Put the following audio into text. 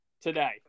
today